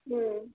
ಹೂಂ